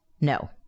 no